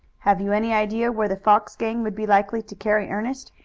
have you any idea where the fox gang would be likely to carry ernest?